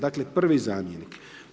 Dakle, prvi zamjenik.